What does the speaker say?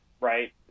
right